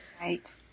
Right